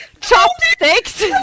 chopsticks